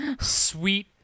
sweet